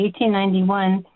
1891